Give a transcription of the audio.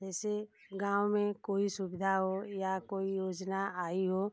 जैसे गाँव में कोई सुविधा हो या कोई योजना आई हो